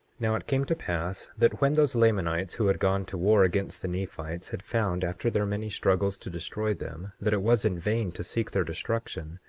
now it came to pass that when those lamanites who had gone to war against the nephites had found, after their many struggles to destroy them, that it was in vain to seek their destruction,